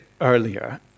earlier